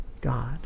God